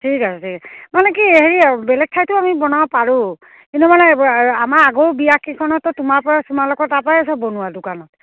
ঠিক আছে ঠিক আছে মানে কি হেৰি বেলেগ ঠাইতো আমি বনাব পাৰোঁ কিন্তু মানে আমাৰ আগৰো বিয়া কেইখনতো তোমাৰপৰা তোমালোকৰ তাৰপৰাই চব বনোৱা দোকানত